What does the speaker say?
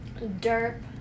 Derp